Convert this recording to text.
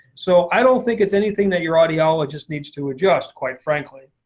so i don't think it's anything that your audiologist needs to adjust, quite frankly.